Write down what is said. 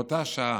באותה שעה,